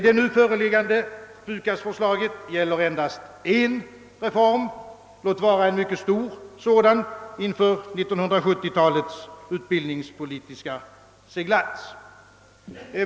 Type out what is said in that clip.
Det nu föreliggande PUKAS-förslaget gäller endast en reform, låt vara en mycket stor sådan, inför 1970-talets utbildningspolitiska seglats.